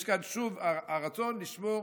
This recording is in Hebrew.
יש כאן שוב רצון לשמור,